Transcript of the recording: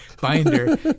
binder